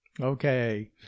Okay